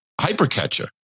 Hypercatcher